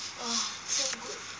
orh 辛苦